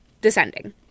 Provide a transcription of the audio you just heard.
Descending